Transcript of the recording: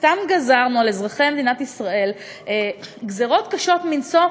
סתם גזרנו על אזרחי מדינת ישראל גזירות קשות מנשוא,